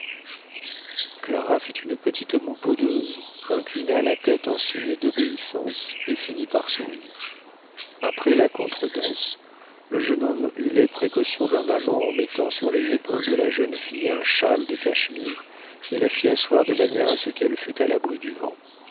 clara fit une petite moue boudeuse inclina la tête en signe d'obéissance et finit par sourire après la contredanse le jeune homme eut les précautions d'un amant en mettant sur les épaules de la jeune fille un châle de cachemire et la fit asseoir de manière à ce qu'elle fût à l'abri du vent